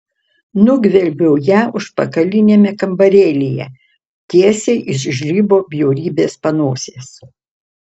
nugvelbiau ją užpakaliniame kambarėlyje tiesiai iš žlibo bjaurybės panosės